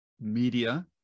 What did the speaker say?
Media